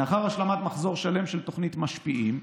לאחר השלמת מחזור שלם של תוכנית "משפיעים",